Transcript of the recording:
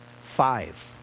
Five